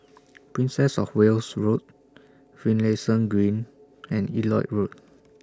Princess of Wales Road Finlayson Green and Elliot Road